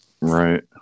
Right